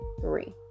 three